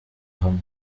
hamwe